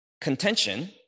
contention